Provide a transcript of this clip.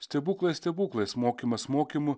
stebuklai stebuklais mokymas mokymu